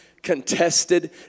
Contested